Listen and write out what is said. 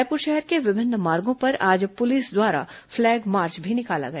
रायपुर शहर के विभिन्न मार्गों पर आज पुलिस द्वारा फ्लैग मार्च भी निकाला गया